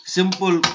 Simple